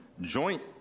joint